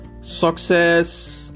Success